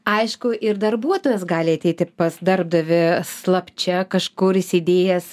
aišku ir darbuotojas gali ateiti pas darbdavį slapčia kažkur įsidėjęs